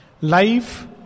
Life